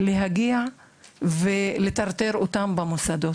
לעמוד בטרטור הבירוקרטי בין המוסדות.